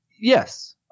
Yes